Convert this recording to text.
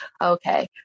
okay